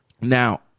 Now